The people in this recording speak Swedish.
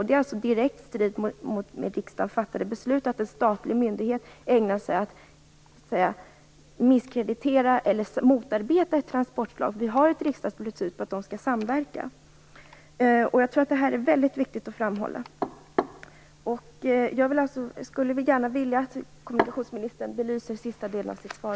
Det står i direkt strid mot av riksdagen fattade beslut när en statlig myndighet ägnar sig åt att miskreditera eller motarbeta ett transportslag. Vi har ett riksdagsbeslut om att de skall samverka. Jag tror att det är väldigt viktigt att framhålla detta. Jag skulle gärna vilja att kommunikationsministern också belyser sista delen av sitt svar.